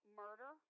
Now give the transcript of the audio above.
murder